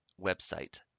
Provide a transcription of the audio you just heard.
website